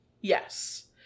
Yes